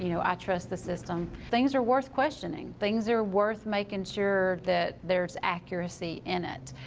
you know i trust the system. things are worth questioning. things are worth making sure that there's accuracy in it.